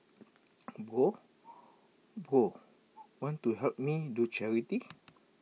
Bro Bro want to help me do charity